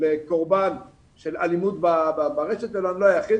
קורבן של אלימות ברשת ואני לא היחיד.